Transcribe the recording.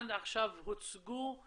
עד עכשיו הוצגו,